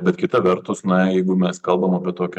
bet kita vertus na jeigu mes kalbam apie tokią